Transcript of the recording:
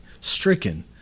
stricken